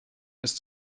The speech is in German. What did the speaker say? ist